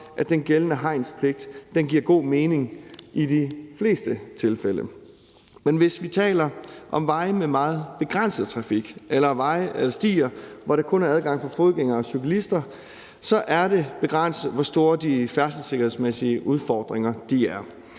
at den gældende hegnspligt giver god mening i de fleste tilfælde. Men hvis vi taler om veje med meget begrænset trafik eller veje eller stier, hvor der kun er adgang for fodgængere og cyklister, er det begrænset, hvor store de færdselssikkerhedsmæssige udfordringer er.